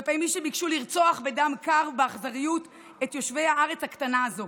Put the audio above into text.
כלפי מי שביקשו לרצוח בדם קר ובאכזריות את תושבי הארץ הקטנה הזאת.